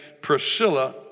Priscilla